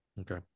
Okay